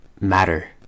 matter